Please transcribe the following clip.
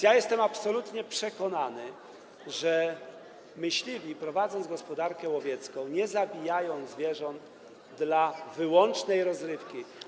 Jestem absolutnie przekonany, że myśliwi, prowadząc gospodarkę łowiecką, nie zabijają zwierząt wyłącznie dla rozrywki.